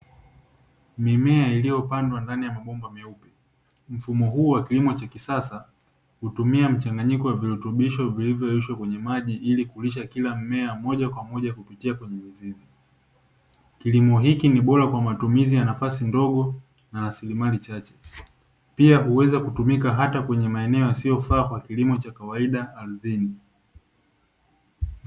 Mimea iliyopandwa ndani ya mabomba meupe, mfumo huu wa kilimo cha kisasa hutumia mchanganyiko wa virutubisho vilivyoyeyushwa kwenye maji ili kulisha kila mmea moja kwa moja kupitia kwenye mizizi. Kilimo hiki ni bora kwa matumizi ya nafasi ndogo na rasilimali chache. Pia huweza kutumika hata kwenye maeneo yasiyofaa kwa kilimo cha kawaida ardhini.